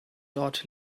dort